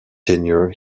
tenure